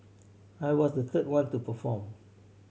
I was the third one to perform